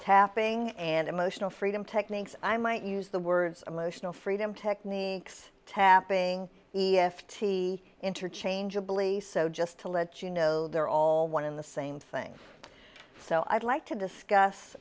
tapping and emotional freedom techniques i might use the words emotional freedom techniques tapping e f t interchangeably so just to let you know they're all one in the same thing so i'd like to discuss